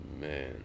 man